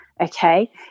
okay